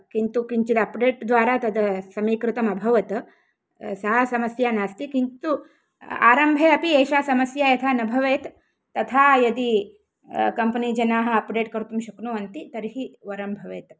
किन्तु किञ्चित् अप्डेट् द्वारा तद् समीकृतम् अभवत सा समस्या नास्ति किन्तु आरम्भे अपि एषा समस्या यथा न भवेत् तथा यदि कम्पनी जनाः अप्डेट् कर्तुं शक्नुवन्ति तर्हि वरं भवेत्